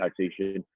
taxation